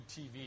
TV